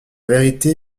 vérité